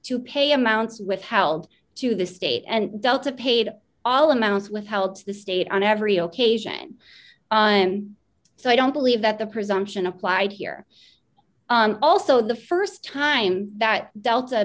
to pay amounts withheld to the state and delta paid all amounts withheld to the state on every occasion so i don't believe that the presumption applied here also the st time that delta